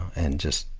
and just,